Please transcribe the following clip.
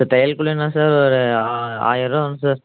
sir தையல் கூலி என்ன சார் ஒரு ஆயிர ரூபா வரும் சார்